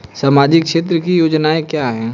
सामाजिक क्षेत्र की योजनाएं क्या हैं?